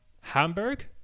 Hamburg